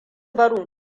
barin